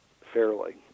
fairly